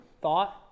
thought